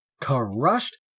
crushed